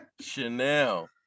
Chanel